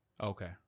Okay